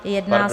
Jedná se...